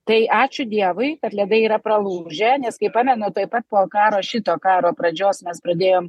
tai ačiū dievui kad ledai yra pralūžę nes kai pamenu tuoj pat po karo šito karo pradžios mes pradėjom